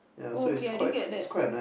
oh okay I didn't get that